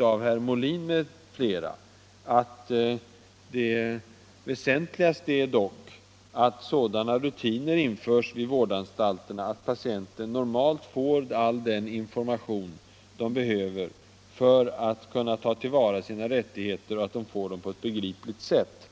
av herr Molin m.fl. att det väsentligaste är att sådana rutiner införs vid vårdanstalterna att patienterna normalt får all den information de behöver för att kunna ta till vara sina rättigheter, och att de får den på ett begripligt sätt.